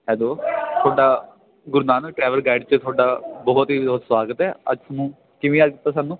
hello ਤੁਹਾਡਾ Guru Nanak travel guide 'ਚ ਤੁਹਾਡਾ ਬਹੁਤ ਹੀ ਬਹੁਤ ਸਵਾਗਤ ਹੈ ਅੱਜ ਸਾਨੂੰ ਕਿਵੇਂ ਯਾਦ ਕੀਤਾ ਸਾਨੂੰ